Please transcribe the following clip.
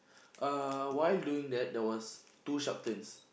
uh while doing that there was two sharp turns